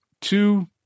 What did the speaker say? two